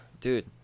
dude